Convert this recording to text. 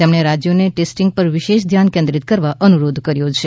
તેમણે રાજ્યોને ટેસ્ટિંગ પર વિશેષ ધ્યાન કેન્દ્રિત કરવા અનુરોધ કર્યો છે